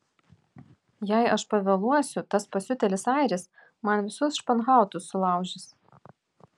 jei aš pavėluosiu tas pasiutėlis airis man visus španhautus sulaužys